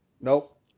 Nope